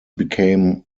became